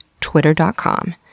twitter.com